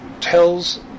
tells